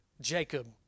Jacob